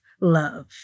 love